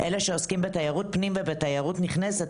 שמתעסקים בתיירות פנים ובתיירות נכנסת.